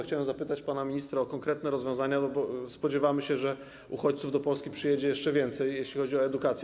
Chciałem zapytać pana ministra o konkretne rozwiązania - bo spodziewamy się, że uchodźców do Polski przyjedzie jeszcze więcej - jeśli chodzi o edukację.